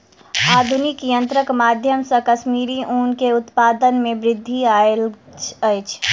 आधुनिक यंत्रक माध्यम से कश्मीरी ऊन के उत्पादन में वृद्धि आयल अछि